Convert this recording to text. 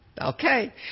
Okay